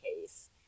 case